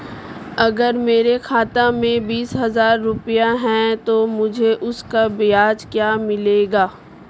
अगर मेरे खाते में बीस हज़ार रुपये हैं तो मुझे उसका ब्याज क्या मिलेगा?